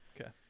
okay